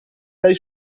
dai